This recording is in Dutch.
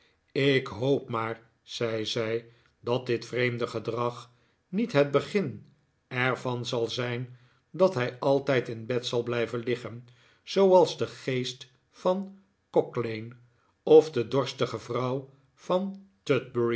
ik hoop maar zei zij dat dit vreemde gedr ag niet het begin er van zal zijn dat hij altijd in bed zal blijven liggen zooals de geest van cocklane of de dorstige vrouw van